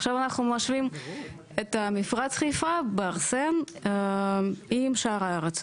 עכשיו אנחנו משווים את מפרץ חיפה בארסן עם שאר הארץ,